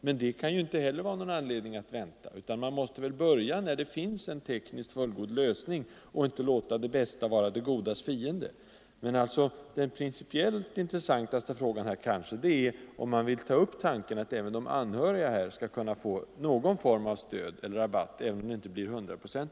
Men det kan inte heller vara någon anledning att vänta, utan man måste börja när det finns en tekniskt fullgod lösning och inte låta det bästa vara det godas fiende. Men det principiellt kanske intressantaste är om herr Aspling vill ta upp frågan huruvida de anhöriga kan få stöd eller rabatt, även om det inte blir till 100 procent.